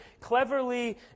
cleverly